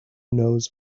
knows